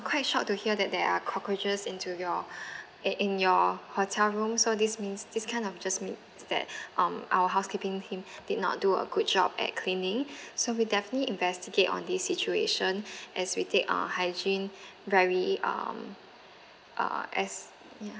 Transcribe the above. quite shocked to hear that there are cockroaches into your i~ in your hotel room so this means this kind of just mea~ that um our housekeeping team did not do a good job at cleaning so we'll definitely investigate on this situation as we take our hygiene very um uh as ya